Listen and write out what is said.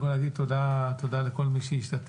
אני רוצה להגיד תודה לכל מי שהשתתף,